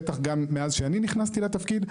בטח גם מאז שאני נכנסתי לתפקיד.